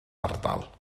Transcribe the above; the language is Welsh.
ardal